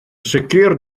sicr